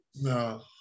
No